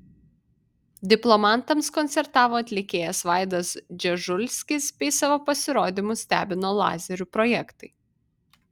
diplomantams koncertavo atlikėjas vaidas dzežulskis bei savo pasirodymu stebino lazerių projektai